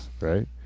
right